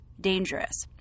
dangerous